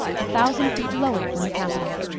a thousand feet lower than the capital.